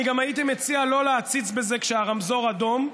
אני גם הייתי מציע שלא להציץ בזה כשהרמזור אדום.